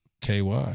ky